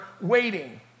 waiting